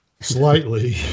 Slightly